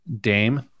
Dame